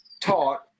taught